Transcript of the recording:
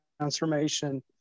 transformation